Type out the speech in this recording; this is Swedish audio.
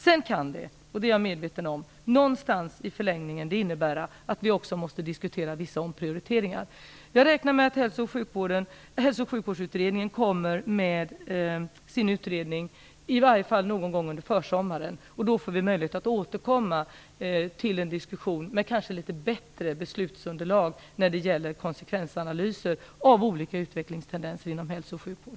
Sedan kan det, det är jag medveten om, någonstans i förlängningen innebära att vi också måste diskutera vissa omprioriteringar. Jag räknar med att Hälso och sjukvårdsutredningen kommer med sin utredning i varje fall någon gång under försommaren. Då får vi möjlighet att återkomma till en diskussion där vi har litet bättre beslutsunderlag när det gäller konsekvensanalyser av olika utvecklingstendenser.